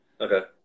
okay